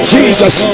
Jesus